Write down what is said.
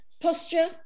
posture